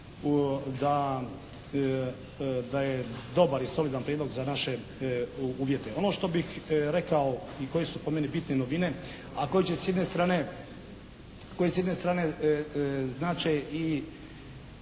da je dobar i solidan prijedlog za naše uvjete. Ono što bih rekao i koje su po meni bitne novine a koje će s jedne strane, koje s